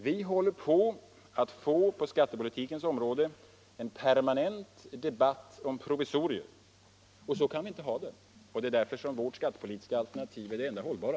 Vi riskerar att på skattepolitikens område få en permanent debatt om provisorier, och så kan vi inte ha det. Det är därför som vårt partis skattepolitiska alternativ är det enda hållbara.